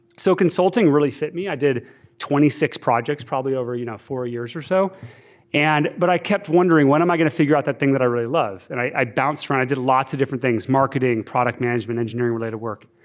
so consulting really fit me. i did twenty six projects probably over you know four years or so and but i kept wondering when am i going to figure out that thing that i really love. and i i bounced and i did lots of different things. marketing, product management, engineering-related work.